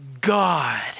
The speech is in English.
God